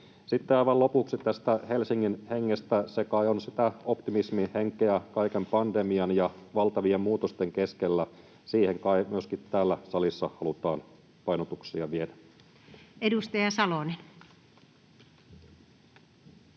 lopuksi tästä ”Helsingin hengestä”. Se kai on sitä optimismin henkeä kaiken pandemian ja valtavien muutosten keskellä. Siihen kai myöskin täällä salissa halutaan painotuksia viedä. Edustaja Salonen.